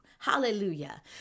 Hallelujah